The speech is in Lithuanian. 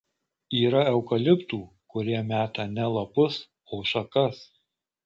yra eukaliptų kurie meta ne lapus o šakas